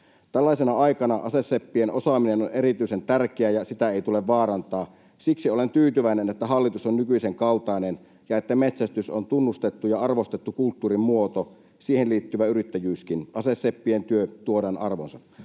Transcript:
Tällaisena aikana aseseppien osaaminen on erityisen tärkeää, ja sitä ei tule vaarantaa. Siksi olen tyytyväinen, että hallitus on nykyisen kaltainen ja että metsästys on tunnustettu ja arvostettu kulttuurin muoto, siihen liittyvä yrittäjyyskin. Aseseppien työ tuodaan arvoonsa.